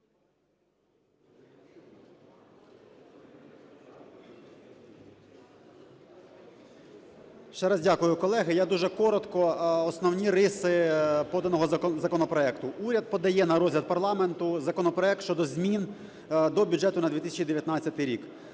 Ще раз дякую, колеги. Я дуже коротко основні риси поданого законопроекту. Уряд подає на розгляд парламенту законопроект щодо змін до бюджету на 2019 рік.